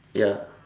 ya